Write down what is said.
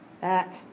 back